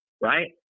right